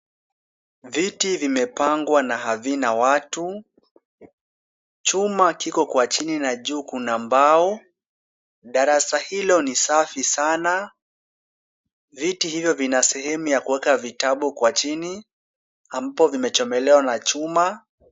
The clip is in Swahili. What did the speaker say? Viti vimepangwa na havina watu. Chuma kiko kwa chini na juu kuna mbao. Darasa hilo ni safi sana. Viti hivyo vina sehemu ya kuweka vitabu kwa chini, ambapo vimechomelewa na chuma.